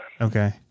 Okay